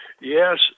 Yes